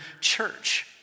church